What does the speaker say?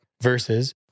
Versus